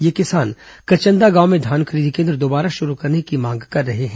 ये किसान कचन्दा गांव में धान खरीदी कें द्र दोबारा शुरू करने की मांग कर रहे हैं